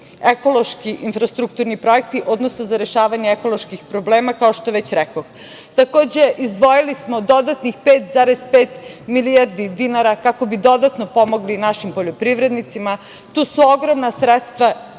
ekološki infrastrukturni projekti, odnosno za rešavanje ekoloških problema kao što već rekoh. Takođe, izdvojili smo dodatnih 5,5 milijardi dinara kako bi dodatno pomogli našim poljoprivrednicima. Tu su ogromna sredstva